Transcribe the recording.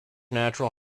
natural